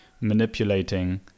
manipulating